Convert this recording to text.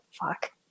fuck